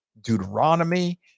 Deuteronomy